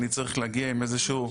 שיהיה כתוב.